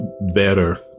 better